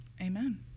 Amen